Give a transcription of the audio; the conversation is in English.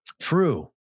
True